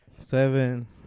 seven